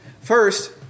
First